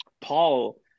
Paul